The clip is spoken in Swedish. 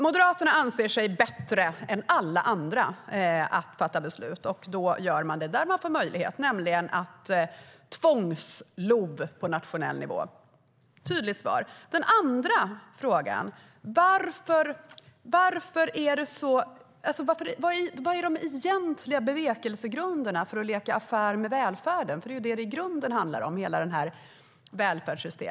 Moderaterna anser sig bättre än alla andra att fatta beslut. Då gör man det när man får möjlighet. Man beslutar då om tvångs-LOV på nationell nivå. Det var ett tydligt svar. Den andra frågan var: Vad är de egentliga bevekelsegrunderna för att leka affär med välfärden? Det är ju i grunden detta hela systemet handlar om.